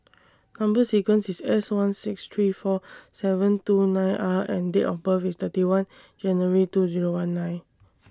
Number sequence IS S one six three four seven two nine R and Date of birth IS thirty one January two Zero one nine